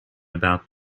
about